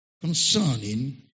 concerning